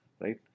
right